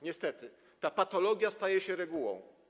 Niestety, ta patologia staje się regułą.